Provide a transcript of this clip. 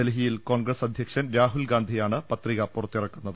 ഡൽഹിയിൽ കോൺഗ്രസ് അധ്യക്ഷൻ രാഹുൽ ഗാന്ധിയാണ് പത്രിക പുറത്തിറക്കുന്നത്